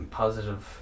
positive